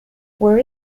where